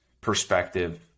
perspective